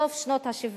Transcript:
סוף שנות ה-70,